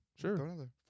sure